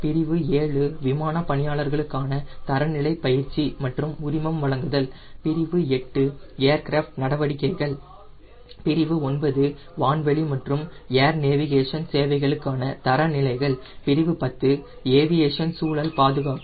பிரிவு 7 விமான பணியாளர்களுக்கான தரநிலை பயிற்சி மற்றும் உரிமம் வழங்குதல் பிரிவு 8 ஏர்கிராஃப்ட் நடவடிக்கைகள் பிரிவு 9 வான்வெளி மற்றும் ஏர் நேவிகேஷன் சேவைகளுக்கான தரநிலைகள் பிரிவு 10 ஏவியேஷன் சூழல் பாதுகாப்பு